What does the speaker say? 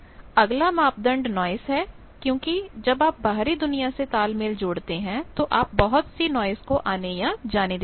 अगला मापदंड नॉइस है क्योंकि जब आप बाहरी दुनिया से तालमेल जोड़ते हैं तो आप बहुत सी नॉइस को आने या जाने देते हैं